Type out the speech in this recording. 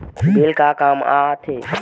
Bill का काम आ थे?